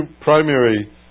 primary